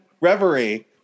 Reverie